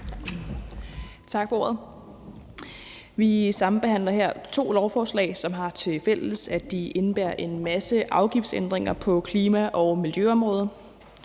Tak for ordet. Vi sambehandler her to lovforslag, som har det tilfælles, er de indebærer en masse afgiftsændringer på klima- og miljøområdet.